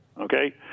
Okay